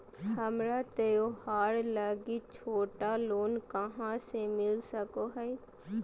हमरा त्योहार लागि छोटा लोन कहाँ से मिल सको हइ?